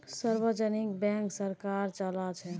सार्वजनिक बैंक सरकार चलाछे